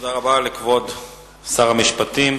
תודה רבה לכבוד שר המשפטים.